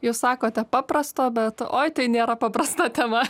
jūs sakote paprasto bet oi tai nėra paprasta tema